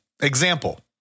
Example